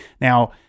Now